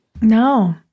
No